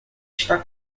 está